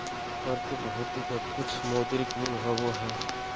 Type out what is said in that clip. प्रतिभूति के कुछ मौद्रिक मूल्य होबो हइ